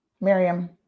Miriam